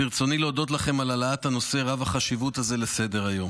ברצוני להודות לכם על העלאת הנושא רב-החשיבות הזה לסדר-היום.